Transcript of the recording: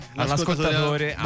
all'ascoltatore